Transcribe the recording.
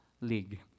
league